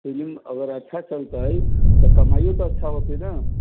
film अगर अच्छा चलतै तऽ कमाइयो तऽ अच्छा होतै न